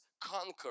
conquer